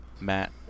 Matt